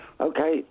Okay